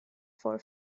for